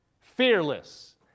Fearless